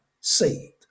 saved